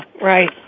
right